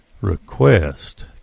Request